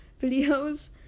videos